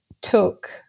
took